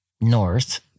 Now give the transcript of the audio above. north